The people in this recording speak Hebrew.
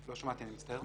לא שמעתי, אני מצטער.